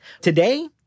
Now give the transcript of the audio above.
Today